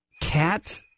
cat